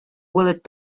bullet